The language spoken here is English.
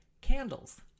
Candles